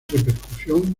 repercusión